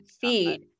feed